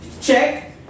check